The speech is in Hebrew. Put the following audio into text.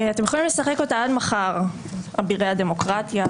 אתם יכולים לשחק אותה עד מחר: אבירי הדמוקרטיה,